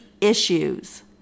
issues